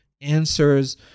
answers